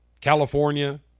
California